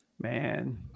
Man